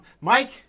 Mike